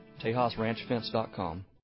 TejasRanchFence.com